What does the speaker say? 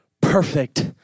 perfect